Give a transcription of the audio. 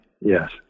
Yes